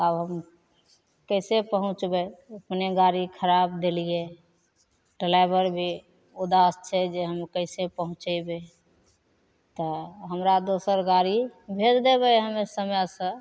आब हम कइसे पहुँचबै अपनेँ गाड़ी खराब देलिए ड्राइवर भी उदास छै जे हम कइसे पहुँचेबै तऽ हमरा दोसर गाड़ी भेजि देबै हमे समयसे